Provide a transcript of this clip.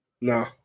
No